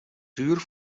duur